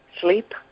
sleep